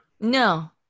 No